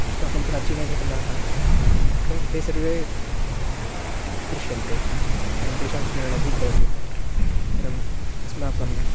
अस्माकं प्राचीनघटनाः त ते सर्वे दृश्यन्ते अनन्तरं तेषां स्मरणमपि भवति अनन्तरम् अस्माकं